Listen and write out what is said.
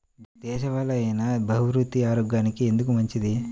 దేశవాలి అయినా బహ్రూతి ఆరోగ్యానికి ఎందుకు మంచిది?